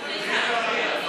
לסעיף 1 לא נתקבלה.